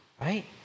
Right